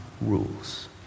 rules